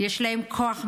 יש בהן כוח מרכזי.